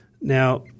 Now